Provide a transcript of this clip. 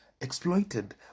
exploited